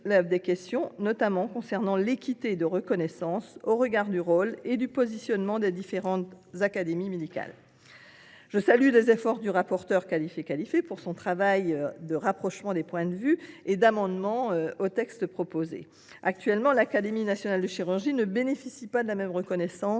soulève des questions, notamment concernant l’équité de reconnaissance au regard du rôle et du positionnement des différentes académies médicales. Je salue les efforts du rapporteur, Khalifé Khalifé, pour rapprocher les points de vue et pour amender le texte proposé. Actuellement, l’Académie nationale de chirurgie ne bénéficie pas de la même reconnaissance